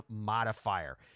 modifier